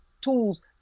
tools